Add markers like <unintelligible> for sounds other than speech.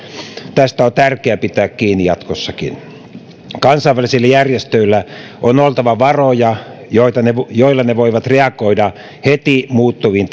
tästä on tärkeä pitää kiinni jatkossakin kansainvälisillä järjestöillä on oltava varoja joilla ne joilla ne voivat reagoida heti muuttuviin <unintelligible>